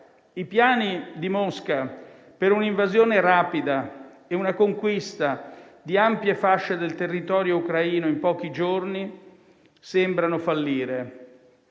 i piani di Mosca per un'invasione rapida e una conquista di ampie fasce del territorio ucraino in pochi giorni sembrano fallire,